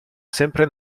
sempre